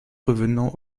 revenant